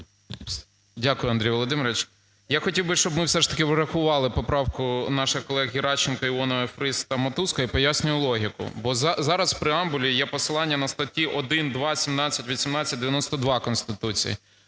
Дякую, Андрій Володимирович. Я хотів би, щоб ми все ж таки врахували поправку наших колег: Геращенко, Іонова, Фріз та Матузко і пояснюю логіку. Бо зараз в преамбулі є посилання на статті 1, 2, 17, 18, 92 Конституції.